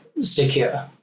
secure